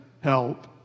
help